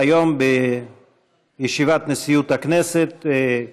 היום בישיבת נשיאות הכנסת,